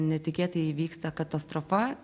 netikėtai įvyksta katastrofa